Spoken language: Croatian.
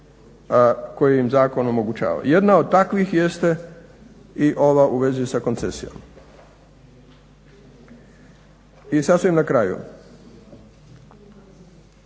koje im zakon omogućava. Jedna od takvih jeste i ova u vezi sa koncesijom. I sasvim na kraju,